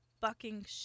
bucking